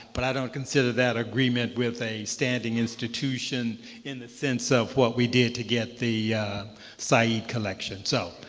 but i don't consider that agreement with a standing institution in the sense of what we did to get the said collection. so